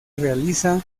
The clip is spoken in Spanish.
realiza